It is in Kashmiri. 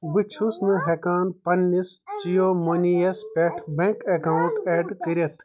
بہٕ چھُس نہٕ ہیٚکان پنِنس جِیو موٚنی یَس پٮ۪ٹھ بیٚنٛک ایٚکاونٛٹ ایٚڈ کٔرِتھ